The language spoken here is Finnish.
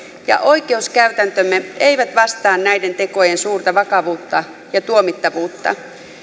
ja oikeuskäytäntömme eivät vastaa näiden tekojen suurta vakavuutta ja tuomittavuutta